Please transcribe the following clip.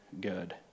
good